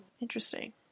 Interesting